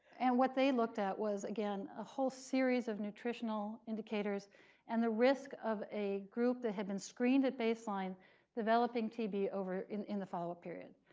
and what they looked at was, again, a whole series of nutritional indicators and the risk of a group that had been screened at baseline developing tb in in the follow-up period.